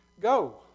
Go